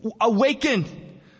awaken